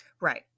Right